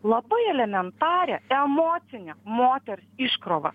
labai elementarią emocinę moters iškrovą